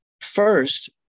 First